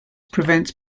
prevents